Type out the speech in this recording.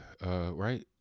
right